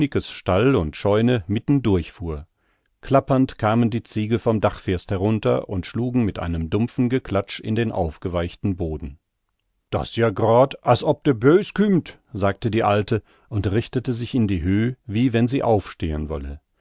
stall und scheune mitten durchfuhr klappernd kamen die ziegel vom dachfirst herunter und schlugen mit einem dumpfen geklatsch in den aufgeweichten boden dat's joa groad as ob de bös kümmt sagte die alte und richtete sich in die höh wie wenn sie aufstehen wolle